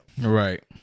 Right